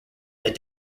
that